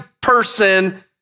person